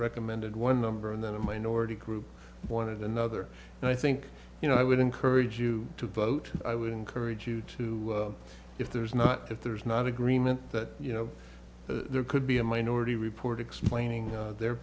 recommended one number and then a minority group wanted another and i think you know i would encourage you to vote i would encourage you to if there's not if there's not agreement that you know there could be a minority report explaining their